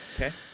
Okay